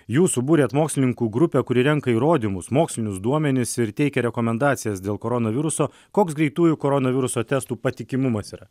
jūs subūrėt mokslininkų grupę kuri renka įrodymus mokslinius duomenis ir teikia rekomendacijas dėl koronaviruso koks greitųjų koronaviruso testų patikimumas yra